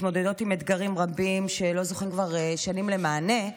ומתמודדות עם אתגרים רבים שכבר שנים לא זוכים למענה.